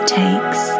takes